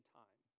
time